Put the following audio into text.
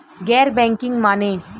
गैर बैंकिंग माने?